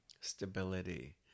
stability